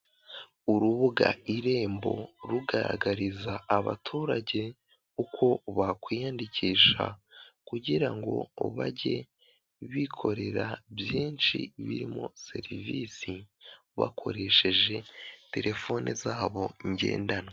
Urubuga irembo rugaragariza abaturage uko bakwiyandikisha kugira ngo bajye bikorera byinshi birimo serivisi bakoresheje telefoni zabo ngendanwa.